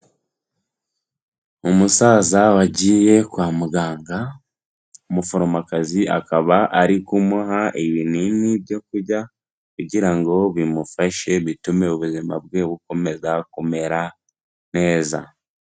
Umusaza wagiye kwa muganga umuforomokazi akaba ari kumuha ibinini byo kurya, kugira ngo bimufashe bitume ubuzima bwe bukomeza kumera neza.